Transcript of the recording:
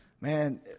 man